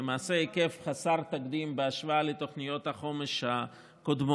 למעשה היקף חסר תקדים בהשוואה לתוכניות החומש הקודמות.